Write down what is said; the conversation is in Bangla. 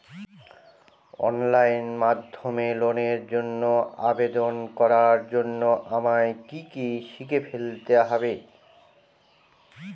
অনলাইন মাধ্যমে লোনের জন্য আবেদন করার জন্য আমায় কি কি শিখে ফেলতে হবে?